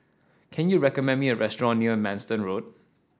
can you recommend me a restaurant near Manston Road